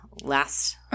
last